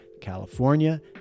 California